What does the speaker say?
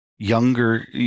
Younger